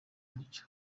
mucyo